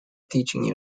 teaching